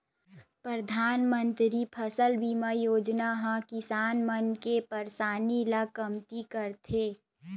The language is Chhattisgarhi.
परधानमंतरी फसल बीमा योजना ह किसान मन के परसानी ल कमती करथे